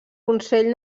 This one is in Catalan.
consell